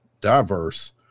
diverse